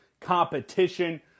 competition